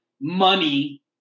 money